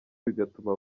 bigatuma